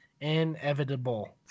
inevitable